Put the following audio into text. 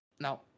Now